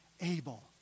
able